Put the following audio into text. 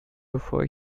bevor